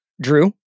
Drew